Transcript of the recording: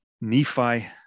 nephi